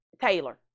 taylor